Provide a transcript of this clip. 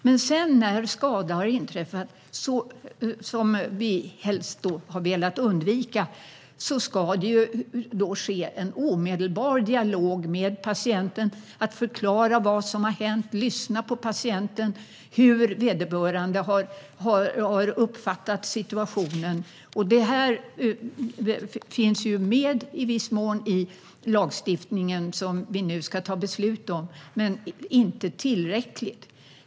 Men sedan när skada har inträffat, som vi helst har velat undvika, ska det ske en omedelbar dialog med patienten för att förklara vad som har hänt och lyssna på patienten för att ta reda på hur vederbörande har uppfattat situationen. Det här finns med i viss mån i lagstiftningen som vi ska ta beslut om, men inte tillräckligt.